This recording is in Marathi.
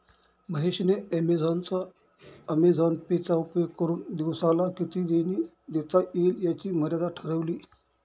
महेश ने ॲमेझॉन पे चा उपयोग करुन दिवसाला किती देणी देता येईल याची मर्यादा ठरवली